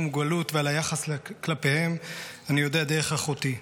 מוגבלות ועל היחס כלפיהם אני יודע דרך אחותי.